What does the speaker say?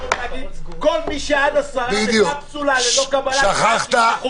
כל מי שעד עשרה בקפסולה ללא קבלת קהל שיפתחו.